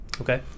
Okay